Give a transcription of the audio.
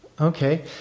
okay